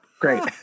Great